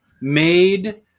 made